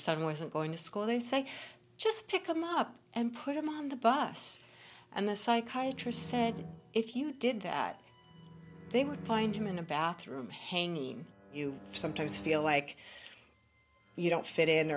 son wasn't going to school they say just pick him up and put him on the bus and the psychiatry said if you did that they would find him in a bathroom hanging you sometimes feel like you don't fit in